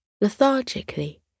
lethargically